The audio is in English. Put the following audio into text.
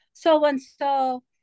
so-and-so